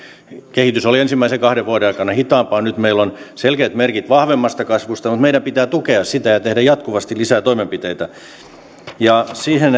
kehitys oli ensimmäisten kahden vuoden aikana hitaampaa nyt meillä on selkeät merkit vahvemmasta kasvusta mutta meidän pitää tukea sitä ja tehdä jatkuvasti lisää toimenpiteitä siihen